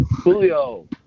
Julio